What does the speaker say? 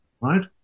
right